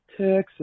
Texas